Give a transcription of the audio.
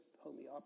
homeopathy